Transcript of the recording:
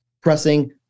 pressing